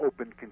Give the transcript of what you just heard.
open